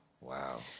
Wow